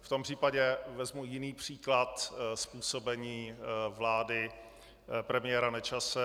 V tom případě vezmu jiný příklad z působení vlády premiéra Nečase.